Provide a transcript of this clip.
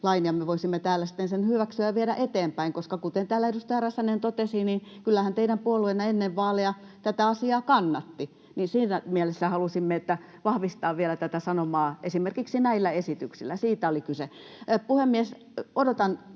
sitten sen hyväksyä ja viedä eteenpäin? Koska kuten täällä edustaja Räsänen totesi, kyllähän teidän puolueenne ennen vaaleja tätä asiaa kannatti, niin siinä mielessä halusimme vahvistaa vielä tätä sanomaa esimerkiksi näillä esityksillä. Siitä oli kyse.